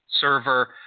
server